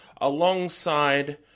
alongside